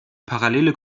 parallele